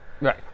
Right